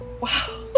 Wow